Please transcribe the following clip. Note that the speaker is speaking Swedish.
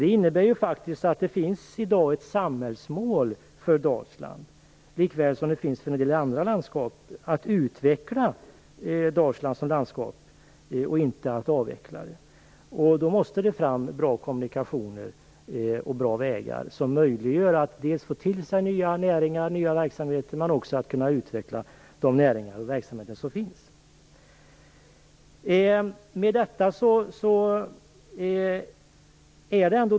Det innebär att det i dag finns ett samhällsmål för Dalsland - likväl som det finns för en del andra landskap - att utveckla Dalsland som landskap, inte att avveckla det. Då måste det finnas bra kommunikationer och bra vägar som möjliggör för Dalsland att dra till sig nya näringar och verksamheter, men som också möjliggör utveckling för de näringar och verksamheter som finns.